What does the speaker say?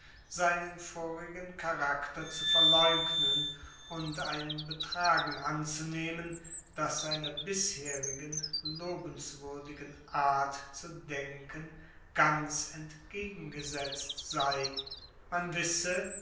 seinen vorigen charakter zu verleugnen und ein betragen anzunehmen das seiner bisherigen lobenswürdigen art zu denken ganz entgegengesetzt sei man wisse